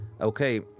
Okay